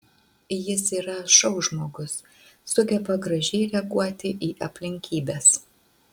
jis yra šou žmogus sugeba gražiai reaguoti į aplinkybes